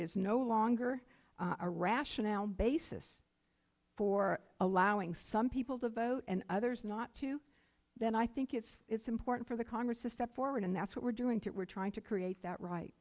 is no longer a rationale basis for allowing some people to vote and others not to then i think it's it's important for the congress to step forward and that's what we're doing to we're trying to create that right